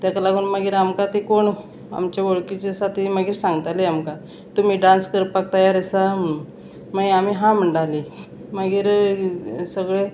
तेका लागून मागीर आमकां ती कोण आमचे वळखी जी आसा ती मागीर सांगताली आमकां तुमी डांस करपाक तयार आसा म्हणून मागीर आमी हा म्हणटाली मागीर सगळे